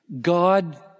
God